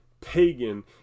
pagan